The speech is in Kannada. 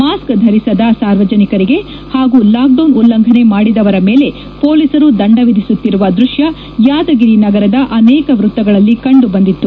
ಮಾಸ್ಕ್ ಧರಿಸದ ಸಾರ್ವಜನಿಕರಿಗೆ ಹಾಗೂ ಲಾಕ್ಡೌನ್ ಉಲ್ಲಂಘನೆ ಮಾಡಿದವರ ಮೇಲೆ ಮೊಲೀಸರು ದಂಡ ವಿಧಿಸುತ್ತಿರುವ ದೃಶ್ಯ ಯಾದಗಿರಿ ನಗರದ ಅನೇಕ ವೃತ್ತಗಳಲ್ಲಿ ಕಂಡು ಬಂದಿತ್ತು